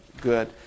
good